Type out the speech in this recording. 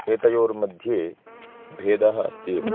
एतयोर्मध्ये भेदः अस्त्येव